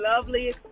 lovely